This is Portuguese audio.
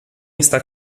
está